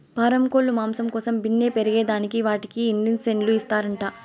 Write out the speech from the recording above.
పారం కోల్లు మాంసం కోసం బిన్నే పెరగేదానికి వాటికి ఇండీసన్లు ఇస్తారంట